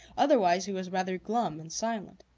otherwise, he was rather glum and silent.